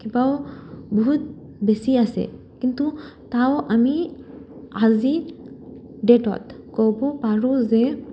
কিবাও বহুত বেছি আছে কিন্তু তাও আমি আজি ডেটত ক'ব পাৰোঁ যে